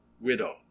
widow